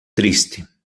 triste